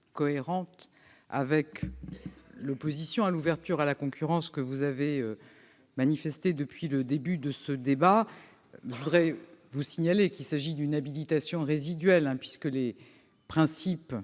avec l'opposition à l'ouverture à la concurrence que vous avez manifestée depuis le début de ce débat. Je veux vous signaler qu'il s'agit d'une habilitation résiduelle puisque les principes